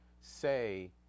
say